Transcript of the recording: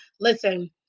Listen